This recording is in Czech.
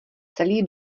celý